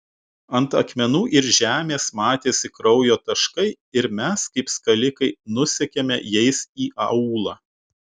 ant akmenų ir žemės matėsi kraujo taškai ir mes kaip skalikai nusekėme jais į aūlą